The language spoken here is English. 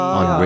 on